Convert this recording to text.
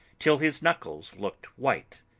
till his knuckles looked white.